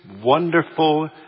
wonderful